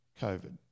covid